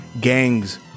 Gangs